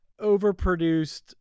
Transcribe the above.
overproduced